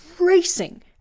racing